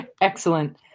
Excellent